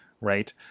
right